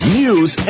news